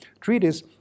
treaties